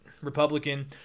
Republican